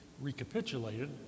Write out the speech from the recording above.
recapitulated